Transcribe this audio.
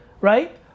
right